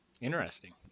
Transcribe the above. interesting